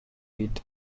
eat